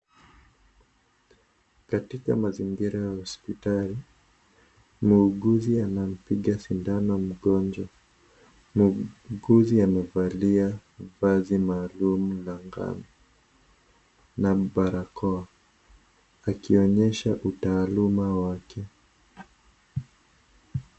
Katika mazingira ya hospitali, mwuguzi anampiga sindano mgonjwa. Mwuguzi amevalia vazi maalum la njano na barakoa akionyesha utaaluma wake.